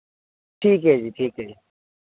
ਠੀਕ ਹੈ ਜੀ ਠੀਕ ਹੈ ਜੀ